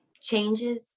Changes